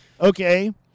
Okay